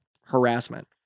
harassment